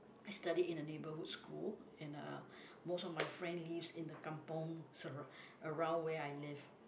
I studied in a neighborhood school and uh most of my friend lives in the kampung surrou~ around where I lived